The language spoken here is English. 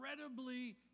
incredibly